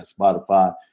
Spotify